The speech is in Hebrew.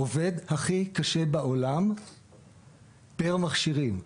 עובד הכי קשה בעולם פר מכשירים.